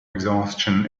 exhaustion